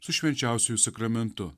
su švenčiausiuoju sakramentu